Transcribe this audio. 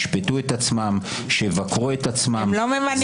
משום שאתם לא באתם בתום לב.